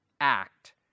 act